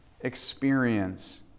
experience